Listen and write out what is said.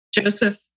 Joseph